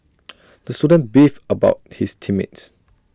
the student beefed about his team mates